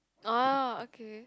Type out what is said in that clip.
orh okay